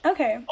Okay